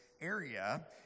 area